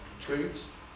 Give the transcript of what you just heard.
treats